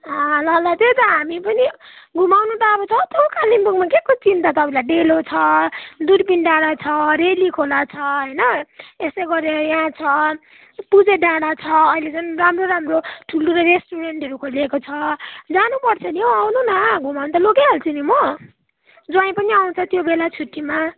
आ ल ल त्यही त हामी पनि घुमाउनु त छ त हौ कालिम्पोङमा के को चिन्ता तपाईँलाई डेलो छ दुर्बिन डाँडा छ रेली खोला छ होइन यस्तै गरेर यहाँ छ पुजे डाँडा छ अहिले झन् राम्रो राम्रो ठुल्ठुलो रेस्ट्रुरेन्टहरू खुलिएको छ जानुपर्छ नि हौ आउनु न घुमाउनु त लगिहाल्छु नि म ज्वाइँ पनि आउँछ त्यो बेला छुट्टीमा